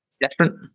Different